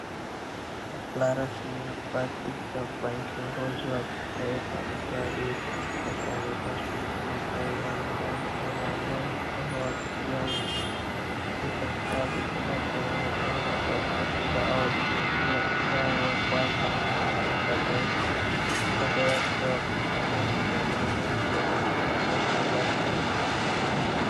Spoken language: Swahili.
Hafla rasmi ya kuapishwa kwa kiongozi wa kitaifa mtu aliye katikati amevaa suti na tai ya mganjo anainua mkono wa kulia huku akishika kitabu kinachoonekana kuwa katiba au bibilia ishara ya kuwa mwaminifu kwa taifa upande wake wa kushoto kuna mwanamke rasmi aliyevaa vazi la.